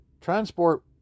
transport